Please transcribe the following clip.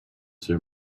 their